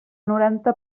noranta